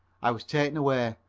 i was taken away,